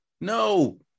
No